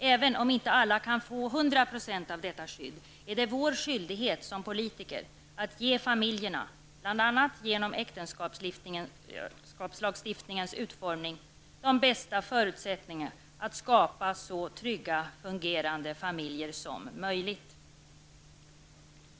Även om alla inte kan få 100 % av detta skydd är det vår skyldighet som politiker att ge familjerna, bl.a. genom äktenskapslagstiftningens utformning, de bästa förutsättningar att skapa så trygga fungerande familjer som möjligt.